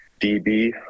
DB